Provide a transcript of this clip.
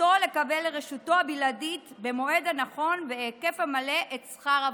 זכותו לקבל לרשותו הבלעדית במועד הנכון ובהיקף המלא את שכר עבודתו".